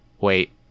Wait